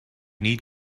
need